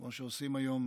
כמו שעושים היום